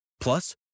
Plus